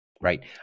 Right